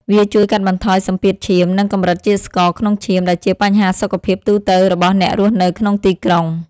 វាជួយកាត់បន្ថយសម្ពាធឈាម និងកម្រិតជាតិស្ករក្នុងឈាម ដែលជាបញ្ហាសុខភាពទូទៅរបស់អ្នករស់នៅក្នុងទីក្រុង។